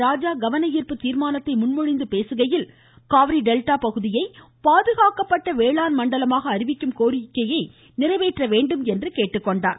ராஜா கவன ஈர்ப்பு தீர்மானத்தை முன்மொழிந்து பேசுகையில் காவிரி டெல்டா பகுதியை பாதுகாக்கப்பட்ட வேளாண் மண்டலமாக அறிவிக்கும் கோரிக்கையை நிறைவேற்ற வேண்டும் என்றும் கேட்டுக்கொண்டார்